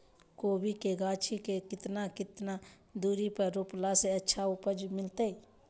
कोबी के गाछी के कितना कितना दूरी पर रोपला से अच्छा उपज मिलतैय?